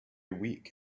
weak